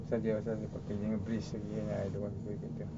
saja WhatsApp I don't want